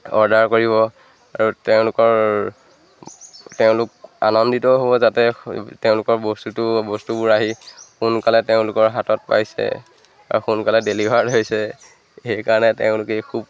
order কৰিব আৰু তেওঁলোকৰ তেওঁলোক আনন্দিত হ'ব যাতে তেওঁলোকৰ বস্তুটো বস্তুবোৰ আহি সোনকালে তেওঁলোকৰ হাতত পাইছে আৰু সোনকালে ডেলিভাৰ হৈছে সেইকাৰণে তেওঁলোকে খুব